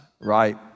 right